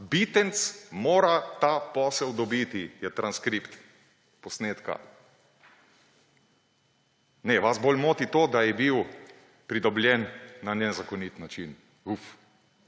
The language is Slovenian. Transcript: Bitenc mora ta posel dobiti«, je transkript posnetka. Ne, vas bolj moti to, da je bil pridobljen na nezakonit način, uf,